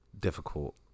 difficult